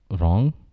wrong